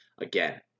again